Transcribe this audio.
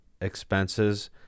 expenses